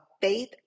faith